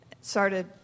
started